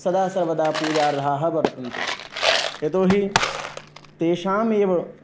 सदा सर्वदा पूजार्हाः वर्तन्ते यतोहि तेषामेव